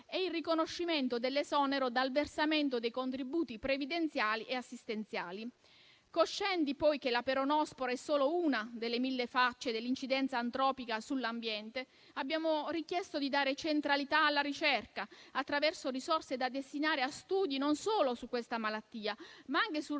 e il riconoscimento dell'esonero dal versamento dei contributi previdenziali e assistenziali. Coscienti che la peronospora è solo una delle mille facce dell'incidenza antropica sull'ambiente, abbiamo richiesto di dare centralità alla ricerca, attraverso risorse da destinare a studi non solo su questa malattia, ma anche sul rapporto